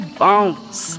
bones